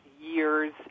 years